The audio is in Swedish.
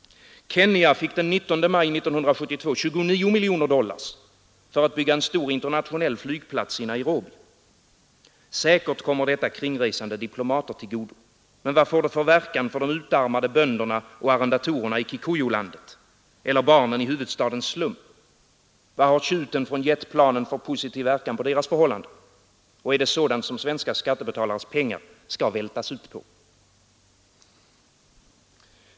Kenya fick den 19 maj 1972 29 miljoner dollar för att bygga en stor internationell flygplats i Nairobi. Säkert kommer detta kringresande diplomater till godo, men vad får det för verkan för de utarmade bönderna och arrendatorerna i Kikuyu-land eller barnen i huvudstadens slum? Vad har tjuten från jetplanen för positiv verkan på deras förhållanden? Och är det sådant som svenska skattebetalares pengar skall vältas ut på?